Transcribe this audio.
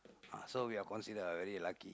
ah so we are considered a very lucky